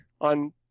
on